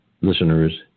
listeners